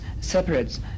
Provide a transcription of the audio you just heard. separates